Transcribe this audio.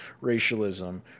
racialism